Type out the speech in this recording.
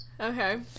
okay